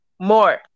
more